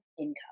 income